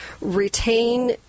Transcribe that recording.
retain